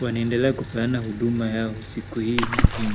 Wanaendelea kupeana huduma yao siku hii muhimu.